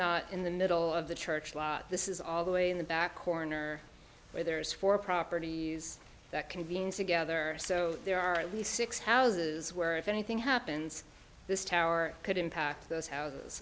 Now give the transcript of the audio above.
not in the middle of the church this is all the way in the back corner where there is four properties that convenes together so there are at least six houses where if anything happens this tower could impact those